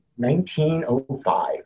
1905